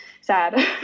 sad